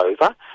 over